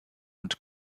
und